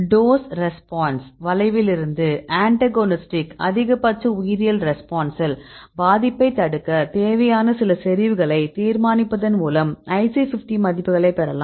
dose response வளைவிலிருந்து அன்டகோனிஸ்ட்டின் அதிகபட்ச உயிரியல் ரெஸ்பான்சில் பாதியைத் தடுக்க தேவையான சில செறிவுகளைத் தீர்மானிப்பதன் மூலம் IC50 மதிப்புகளைப் பெறலாம்